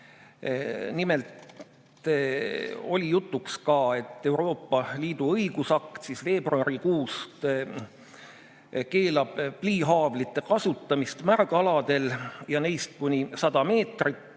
Nimelt oli jutuks ka see, et Euroopa Liidu õigusakt keelab veebruarikuust pliihaavlite kasutamise märgaladel ja neist kuni 100 meetri